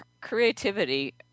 creativity